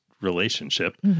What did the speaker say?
relationship